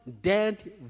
dead